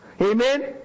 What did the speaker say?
Amen